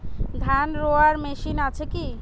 ধান রোয়ার মেশিন আছে কি?